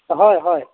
হয় হয়